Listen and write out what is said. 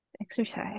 Exercise